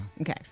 Okay